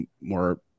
more